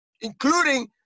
Including